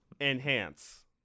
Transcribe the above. Enhance